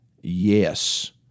Yes